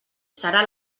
serà